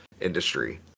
industry